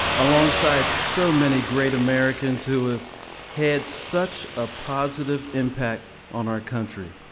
alongside so many great americans who have had such a positive impact on our country.